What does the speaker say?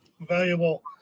valuable